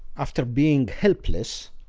after being helpless,